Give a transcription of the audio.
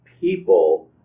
people